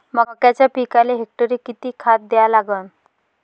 मक्याच्या पिकाले हेक्टरी किती खात द्या लागन?